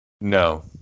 No